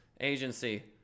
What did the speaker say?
agency